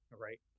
Right